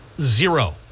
zero